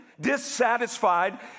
dissatisfied